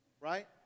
right